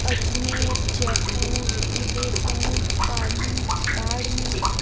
Ajmer Jaipur Udaipur Pali Barmer